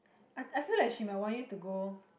I I feel like she might want you to go